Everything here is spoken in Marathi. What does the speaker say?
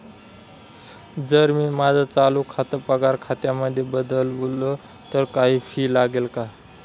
जर मी माझं चालू खातं पगार खात्यामध्ये बदलवल, तर काही फी लागेल का?